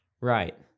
Right